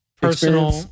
Personal